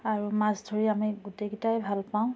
আৰু মাছ ধৰি আমি গোটেইগিটাই ভাল পাওঁ